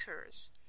occurs